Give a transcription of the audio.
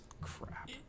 crap